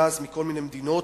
גז מכל מיני מקומות.